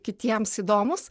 kitiems įdomūs